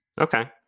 Okay